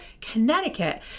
Connecticut